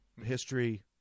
history